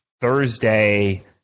Thursday